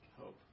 hope